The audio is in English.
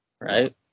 right